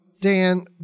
Dan